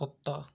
कुत्ता